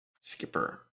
Skipper